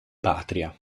patria